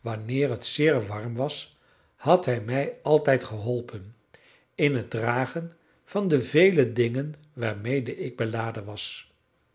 wanneer het zeer warm was had hij mij altijd geholpen in het dragen van de vele dingen waarmede ik beladen was